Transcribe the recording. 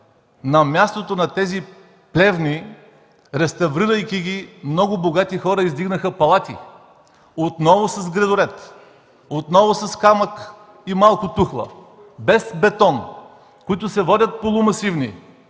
на мястото на тези плевни, реставрирайки ги, много богати хора издигнаха палати отново с гредоред, с камък и малко тухла, без бетон, които се водят полумасивни.